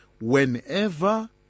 whenever